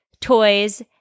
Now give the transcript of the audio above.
toys